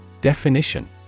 Definition